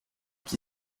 qui